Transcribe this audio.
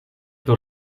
pro